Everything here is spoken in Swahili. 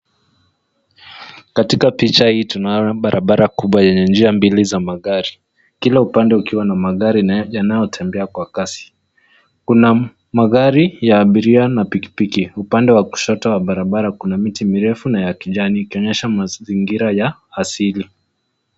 Katika picha hii tunayo barabara kubwa yenye njia mbili za magari, kila upande ukiwa na magari yanayotembea kwa kasi. Kuna magari ya abiria na pikipiki. Upande wa kushoto wa barabara kuna miti mirefu na ya kijani ikionyesha mazingira ya asili.